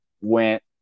went